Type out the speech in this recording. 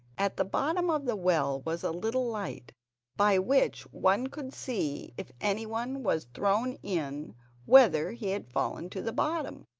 at the bottom of the well was a little light by which one could see if anyone was thrown in whether he had fallen to the bottom.